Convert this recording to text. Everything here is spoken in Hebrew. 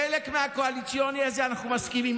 לחלק מהקואליציוני הזה אנחנו מסכימים.